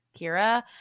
Kira